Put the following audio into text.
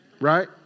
right